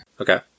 Okay